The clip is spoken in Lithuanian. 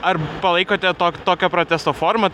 ar palaikote tok tokią protesto formą